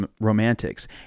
romantics